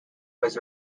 was